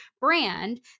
brand